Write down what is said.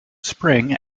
spring